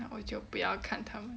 那我就不要看它们